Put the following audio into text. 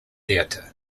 theater